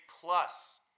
Plus